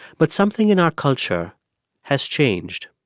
but something in our culture has changed